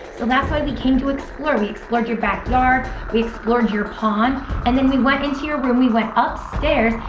so that's why we came to explore we explored your back yard we explored your pond and then we went into your room we went upstairs,